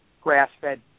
grass-fed